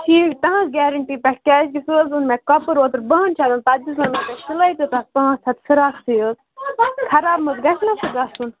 ٹھیٖک تٕہٕنٛز گیرٮ۪نٹی پٮ۪ٹھ کیٛازِ سُہ حظ اوٚن مےٚ کَپُر اوترٕ بَہَن شَتَن پَتہٕ دِژمو مےٚ تۄہہِ سِلٲے تہِ تَتھ پانٛژھ ہَتھ فِراکسٕے یٲژ خراب مہٕ حظ گژھِ مےٚ سُہ گژھُن